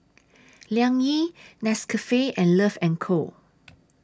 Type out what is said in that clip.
Liang Yi Nescafe and Love and Co